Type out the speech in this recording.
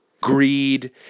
Greed